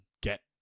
get